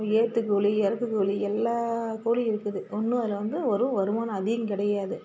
ஒரு ஏற்றுக்கூலி இறக்குக்கூலி எல்லாக்கூலி இருக்குது ஒன்றும் அதில் வந்து ஒரு வருமானம் அதிகம் கிடையாது